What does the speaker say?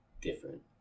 different